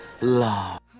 love